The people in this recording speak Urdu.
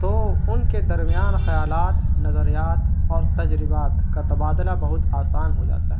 تو ان کے درمیان خیالات نظریات اور تجربات کا تبادلہ بہت آسان ہو جاتا ہے